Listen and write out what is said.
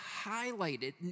highlighted